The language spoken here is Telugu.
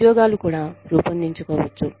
ఉద్యోగాలు కూడా రూపొందించుకోవచ్చు